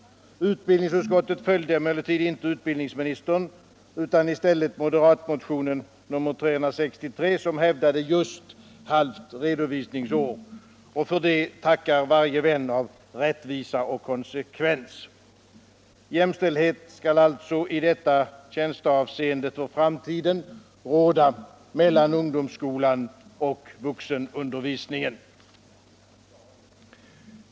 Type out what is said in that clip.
Utbildningsutskottet följde emellertid inte utbildningsministern utan i stället moderatmotionen nr 363, som hävdade just halvt redovisningsår, och för det tackar varje vän av rättvisa och konsekvens. Jämställdhet skall alltså i detta tjänsteavseende för framtiden råda mellan ungdomsskolan och vuxenundervisningen.